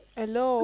hello